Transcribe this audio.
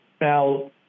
Now